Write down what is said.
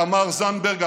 תמר זנדברג,